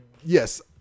yes